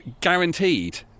guaranteed